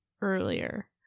earlier